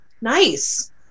nice